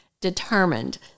determined